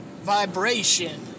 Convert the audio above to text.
Vibration